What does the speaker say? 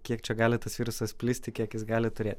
kiek čia gali tas virusas plisti kiek jis gali turėt